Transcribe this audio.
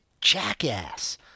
jackass